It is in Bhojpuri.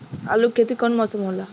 आलू के खेती कउन मौसम में होला?